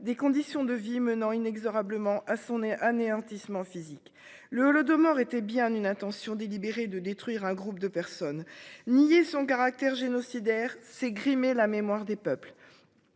des conditions de vie menant inexorablement à son nez anéantissement physique le le de morts était bien une intention délibérée de détruire un groupe de personnes nié son caractère génocidaire s'est grimé la mémoire des peuples.